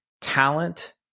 talent